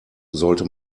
sollte